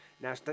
Now